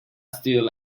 still